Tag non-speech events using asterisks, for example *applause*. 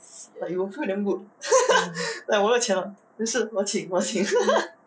you will feel damn good *laughs* like 我没有钱了没事我请我请 *laughs*